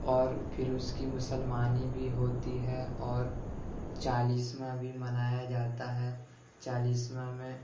اور پھر اُس کی مُسَلمانی بھی ہوتی ہے اور چالیسواں بھی منایا جاتا ہے چالیسواں میں